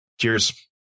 Cheers